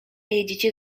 jedziecie